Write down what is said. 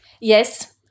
Yes